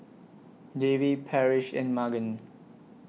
Davy Parrish and Magen